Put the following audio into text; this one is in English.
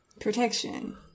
Protection